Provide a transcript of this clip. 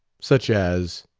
such as?